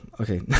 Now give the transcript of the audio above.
okay